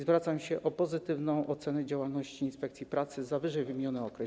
Zwracam się o pozytywną ocenę działalności inspekcji pracy za ww. okres.